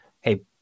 hey